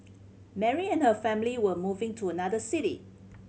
Mary and her family were moving to another city